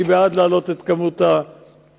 אני בעד להעלות את כמות הקובים,